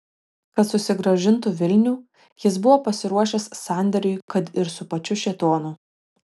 kad susigrąžintų vilnių jis buvo pasiruošęs sandėriui kad ir su pačiu šėtonu